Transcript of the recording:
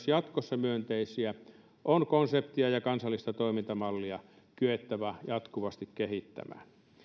jatkossa myönteisiä on konseptia ja kansallista toimintamallia kyettävä jatkuvasti kehittämään